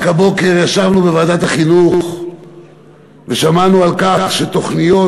רק הבוקר ישבנו בוועדת החינוך ושמענו שתוכניות,